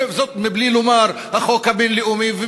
וזאת בלי לומר: החוק הבין-לאומי,